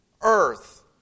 earth